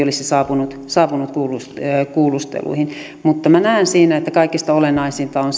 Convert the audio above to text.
olisi saapunut saapunut kuulusteluihin mutta näen että siinä kaikista olennaisinta on